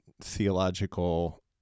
theological